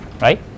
right